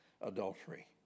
adultery